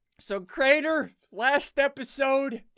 so, crainer, last episode